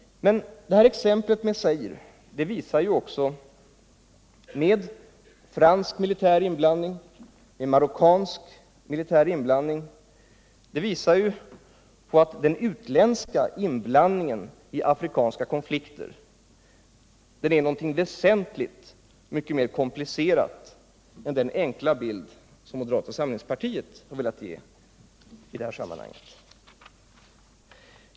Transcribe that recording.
Exemplet i Zaire, med franskt och marockanskt militärt deltagande, visar att den utländska inblandningen i afrikanska konflikter är någonting mycket mer komplicerat än den enkla bild moderata samlingspartiet har velat ge.